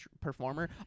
performer